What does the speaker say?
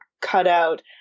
cutout –